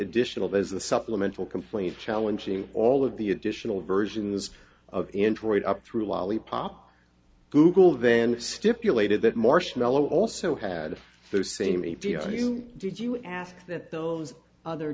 additional as a supplemental complaint challenging all of the additional versions of enjoyed up through lollipop google then stipulated that marshmallow also had the same e p o you did you ask that those other